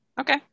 Okay